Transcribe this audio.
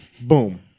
boom